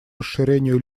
расширению